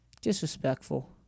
disrespectful